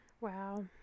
wow